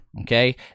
Okay